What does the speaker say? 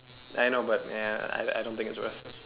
I know but I don't think it's worth